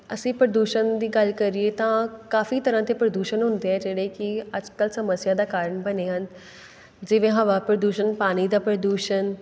ਅਸੀਂ ਪ੍ਰਦੂਸ਼ਣ ਦੀ ਗੱਲ ਕਰੀਏ ਤਾਂ ਕਾਫ਼ੀ ਤਰ੍ਹਾਂ ਦੇ ਪ੍ਰਦੂਸ਼ਣ ਹੁੰਦੇ ਆ ਜਿਹੜੇ ਕਿ ਅੱਜ ਕੱਲ੍ਹ ਸਮੱਸਿਆ ਦਾ ਕਾਰਣ ਬਣੇ ਹਨ ਜਿਵੇਂ ਹਵਾ ਪ੍ਰਦੂਸ਼ਣ ਪਾਣੀ ਦਾ ਪ੍ਰਦੂਸ਼ਣ